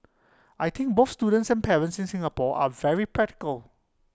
I think both students and parents in Singapore are very practical